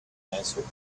answered